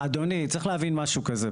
אדוני, צריך להבין משהו כזה.